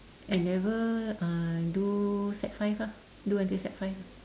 N-level uh do sec five ah do until sec five ah